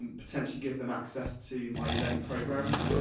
and potentially give them access to my elearning programmes.